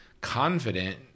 confident